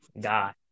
god